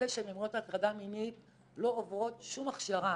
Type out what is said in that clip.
אלה שממונות על הטרדה מינית לא עוברות שום הכשרה.